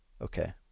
Okay